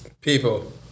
people